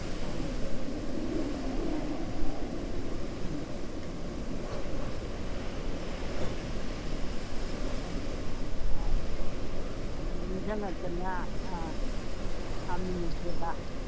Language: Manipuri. ꯎꯝ ꯑꯥ ꯎꯝ ꯎꯝ ꯎꯝ ꯑꯥ ꯅꯤꯡꯖꯪꯉꯛꯇꯅꯅꯦ ꯑꯥ ꯁꯥꯃꯤꯟꯅꯁꯦꯕ